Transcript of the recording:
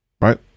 right